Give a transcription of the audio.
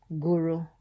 guru